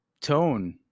tone